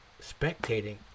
spectating